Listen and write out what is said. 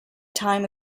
time